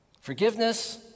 forgiveness